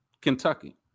Kentucky